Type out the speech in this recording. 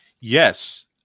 Yes